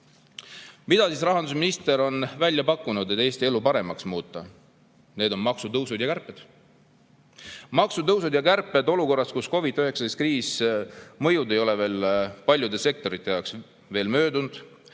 Mida rahandusminister on välja pakkunud, et Eesti elu paremaks muuta? Need on maksutõusud ja kärped – maksutõusud ja kärped olukorras, kus COVID‑19 kriisi mõju ei ole veel paljude sektorite jaoks möödunud,